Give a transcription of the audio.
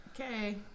Okay